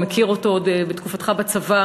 ואתה מכיר אותו עוד מתקופתך בצבא,